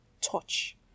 touch